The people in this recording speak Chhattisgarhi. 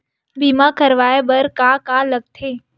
बीमा करवाय बर का का लगथे?